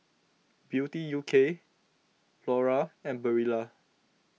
Beauty U K Lora and Barilla